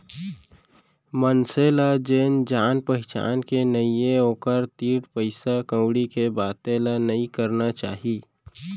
मनसे ल जेन जान पहिचान के नइये ओकर तीर पइसा कउड़ी के बाते ल नइ करना चाही